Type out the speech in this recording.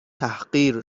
تحقیر